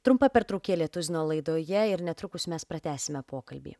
trumpa pertraukėlė tuzino laidoje ir netrukus mes pratęsime pokalbį